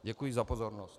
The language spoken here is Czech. Děkuji za pozornost.